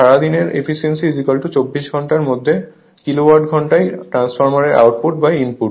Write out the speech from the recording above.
সারাদিনের এফিসিয়েন্সি 24 ঘন্টার মধ্যে কিলোওয়াট ঘন্টায় ট্রান্সফরমারের আউটপুট ইনপুট